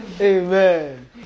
Amen